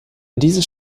diese